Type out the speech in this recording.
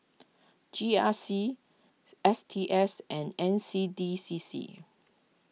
G R C S T S and N C D C C